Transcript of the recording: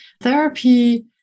therapy